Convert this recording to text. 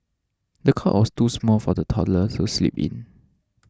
the cot was too small for the toddler to sleep in